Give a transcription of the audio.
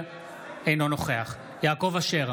אינו נוכח יעקב אשר,